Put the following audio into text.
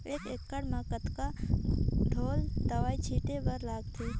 एक एकड़ म कतका ढोल दवई छीचे बर लगथे?